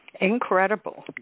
Incredible